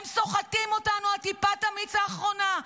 הם סוחטים אותנו עד טיפת המיץ האחרונה,